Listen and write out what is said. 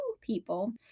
people